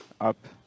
Up